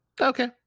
Okay